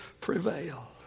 prevail